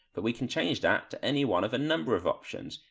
but we can change that to any one of a number of options.